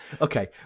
okay